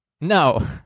No